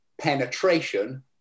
penetration